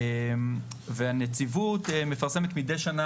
הנציבות מפרסמת מדי שנה.